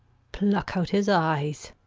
pluck out his eyes.